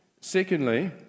Secondly